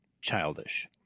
childish